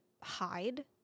hide